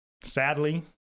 Sadly